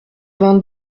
vingt